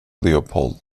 leopold